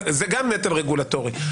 זה גם נטל רגולטורי,